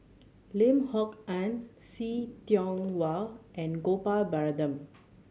Lim Kok Ann See Tiong Wah and Gopal Baratham